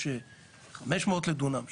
יש 500 לדונם,